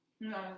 no